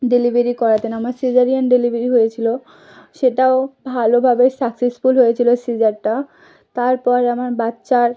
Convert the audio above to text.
delivery করাতেন আমার caesarean delivery হয়েছিল সেটাও ভালোভাবে সাকসেসফুল হয়েছিল সিজারটা তার পরে আমার বাচ্চার